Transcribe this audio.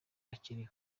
akiriho